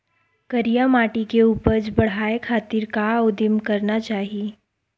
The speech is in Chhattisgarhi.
करिया माटी के उपज बढ़ाये खातिर का उदिम करना चाही?